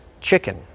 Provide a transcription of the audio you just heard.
chicken